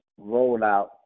rollout